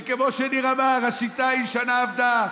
כמו שניר אמר, השיטה הישנה עבדה.